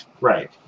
right